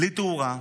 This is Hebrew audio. בלי תאורה,